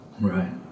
right